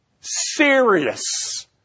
serious